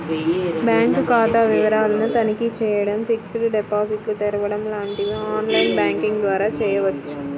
bank ఖాతా వివరాలను తనిఖీ చేయడం, ఫిక్స్డ్ డిపాజిట్లు తెరవడం లాంటివి ఆన్ లైన్ బ్యాంకింగ్ ద్వారా చేయవచ్చు